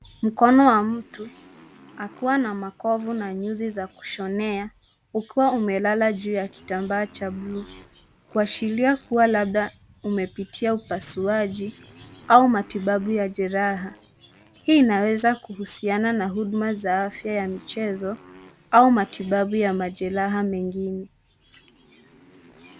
Mkono wa mtu akiwa na makovu na nyuzi za kushonea, ukiwa umelala juu ya kitambaa cha blue , kuashiria kua labda umepitia upasuaji au matibabu ya jeraha. Hii inaweza kuhusiana na huduma za afya ya michezo au matibabu ya majeraha mengine.